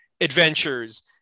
adventures